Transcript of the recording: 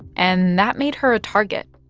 and that made her a target.